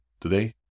today